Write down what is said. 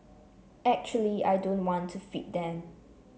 actually I don't want to feed them